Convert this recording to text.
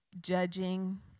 judging